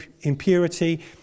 impurity